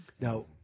Now